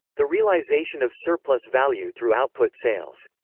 the realisation of surplus-value through output sales.